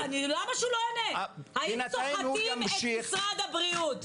האם סוחטים את משרד הבריאות.